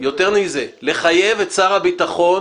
יותר מזה, לחייב את שר הביטחון